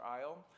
aisle